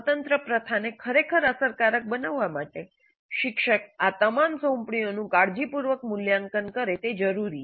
સ્વતંત્ર પ્રથા ને ખરેખર અસરકારક બનાવવા માટે શિક્ષક આ તમામ સોંપણીઓનું કાળજીપૂર્વક મૂલ્યાંકન કરે તે જરૂરી છે